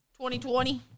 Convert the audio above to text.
2020